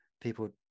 people